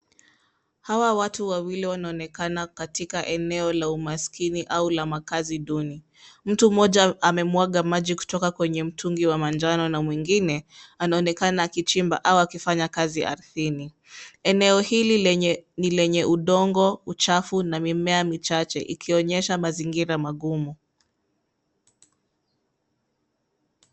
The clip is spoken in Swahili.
Hawa watu wawili wanaonekana katika eneo la umaskini au la makazi duni. Mtu mmoja amemwaga maji kutoka kwenye mtungi wa manjano na mwingine, anaonekana akichimba au akifanya kazi ardhini. Eneo hili lenye ni lenye udongo uchafu na mimea michache ikionyesha mazingira magumu.